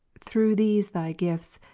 through these thy gifts,